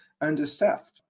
understaffed